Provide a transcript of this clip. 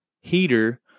heater